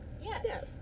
Yes